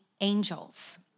angels